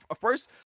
first